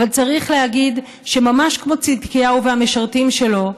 אבל צריך להגיד שממש כמו צדקיהו והמשרתים שלו,